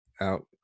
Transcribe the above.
out